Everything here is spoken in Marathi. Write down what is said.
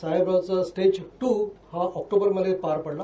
साठेबरावांचं स्टेज दू हा ऑक्टोबरमध्ये पार पडला